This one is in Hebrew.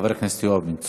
חבר הכנסת יואב בן צור,